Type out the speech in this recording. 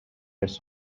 ارث